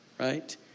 right